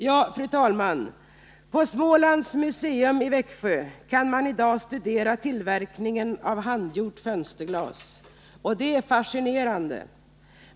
Ja, fru talman, på Smålands museum i Växjö kan man i dag studera tillverkningen av handgjort fönsterglas, och det är fascinerande.